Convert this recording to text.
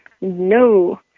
No